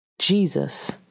Jesus